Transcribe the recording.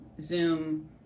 Zoom